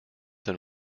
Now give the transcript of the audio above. than